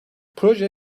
proje